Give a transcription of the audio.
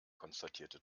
konstatierte